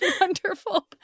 Wonderful